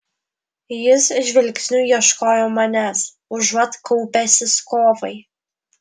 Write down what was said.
jis žvilgsniu ieškojo manęs užuot kaupęsis kovai